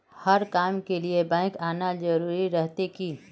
हर काम के लिए बैंक आना जरूरी रहते की?